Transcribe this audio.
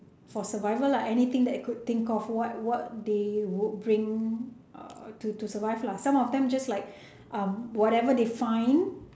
for survival lah anything that I could think of what what they would bring err to to survive lah some of them just like whatever they find